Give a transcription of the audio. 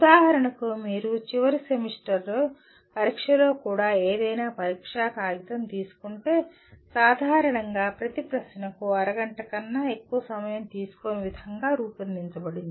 ఉదాహరణకు మీరు చివరి సెమిస్టర్ పరీక్షలో కూడా ఏదైనా పరీక్షా కాగితం తీసుకుంటే సాధారణంగా ప్రతి ప్రశ్నకు అరగంట కన్నా ఎక్కువ సమయం తీసుకోని విధంగా రూపొందించబడింది